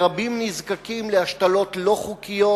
ורבים נזקקים להשתלות לא חוקיות,